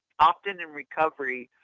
often, in recovery